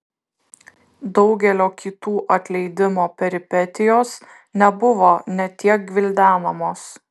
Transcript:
daugelio kitų atleidimo peripetijos nebuvo net tiek gvildenamos